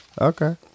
Okay